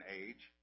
age